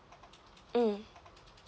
mm